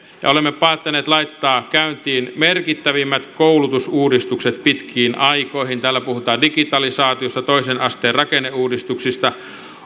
ja olemme päättäneet laittaa käyntiin merkittävimmät koulutusuudistukset pitkiin aikoihin täällä puhutaan digitalisaatiosta toisen asteen rakenneuudistuksista